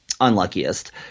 unluckiest